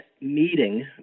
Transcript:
meeting